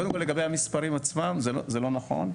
קודם כל, לגבי המספרים עצמם, זה לא נכון.